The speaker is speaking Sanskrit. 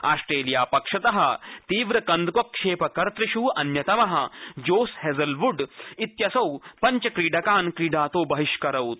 ऑस्टेलिया पक्षत तीव्रकन्दुकक्षेपकर्तृषु अन्यतम जोश हेजलवुड् इत्यसौ पञ्चक्रीडकान् क्रीडातो बहिष्करोत्